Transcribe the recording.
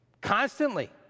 constantly